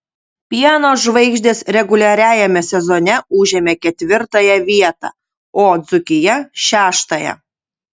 pieno žvaigždės reguliariajame sezone užėmė ketvirtąją vietą o dzūkija šeštąją